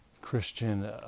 Christian